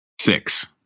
Six